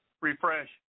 refresh